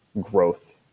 growth